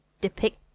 depict